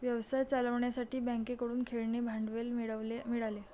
व्यवसाय चालवण्यासाठी बँकेकडून खेळते भांडवल मिळाले